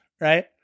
right